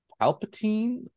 Palpatine